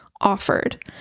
offered